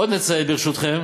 עוד נציין, ברשותכם,